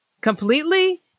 completely